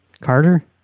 Carter